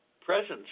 presence